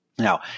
Now